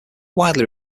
widely